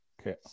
Okay